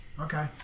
Okay